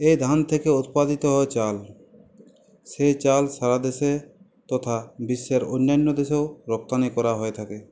এই ধান থেকে উৎপাদিত হয় চাল সেই চাল সারা দেশে তথা বিশ্বের অন্যান্য দেশেও রপ্তানি করা হয়ে থাকে